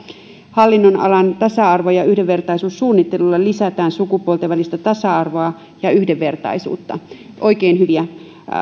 hallinnonalan tasa arvo ja yhdenvertaisuussuunnittelulla lisätään sukupuolten välistä tasa arvoa ja yhdenvertaisuutta oikein hyviä